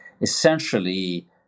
essentially